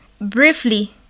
briefly